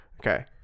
Okay